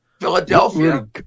Philadelphia